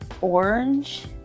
orange